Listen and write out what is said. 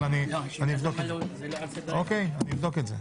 אבל אני אבדוק את זה.